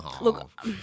Look